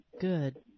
good